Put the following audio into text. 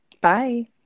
Bye